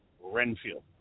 Renfield